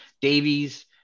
Davies